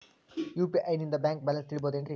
UPI ನಿಂದ bank balance ತಿಳಿಬಹುದೇನ್ರಿ?